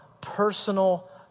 personal